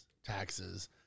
taxes